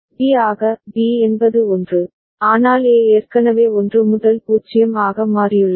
B ஆக B என்பது 1 ஆனால் A ஏற்கனவே 1 முதல் 0 ஆக மாறியுள்ளது